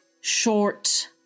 short